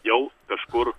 jau kažkur